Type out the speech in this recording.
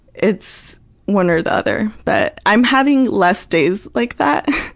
it's one or the other, but i'm having less days like that.